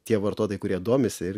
tie vartotojai kurie domisi ir